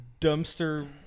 dumpster